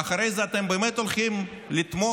ואחרי זה אתם באמת הולכים לתמוך